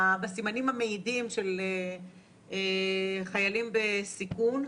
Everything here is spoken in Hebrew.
בסימנים המעידים של חיילים בסיכון,